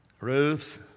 Ruth